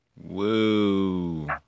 Woo